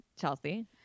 Chelsea